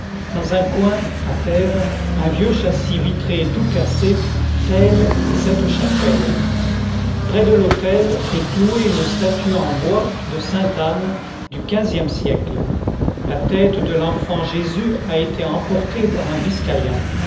dans un coin à terre un vieux châssis vitré tout cassé telle est cette chapelle près de l'autel est clouée une statue en bois de sainte anne du quinzième siècle la tête de l'enfant jésus a été